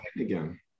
again